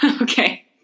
Okay